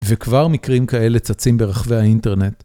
וכבר מקרים כאלה צצים ברחבי האינטרנט.